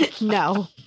No